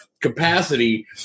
capacity